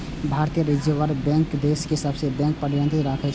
भारतीय reserve bank देश के सब बैंक पर नियंत्रण राखै छै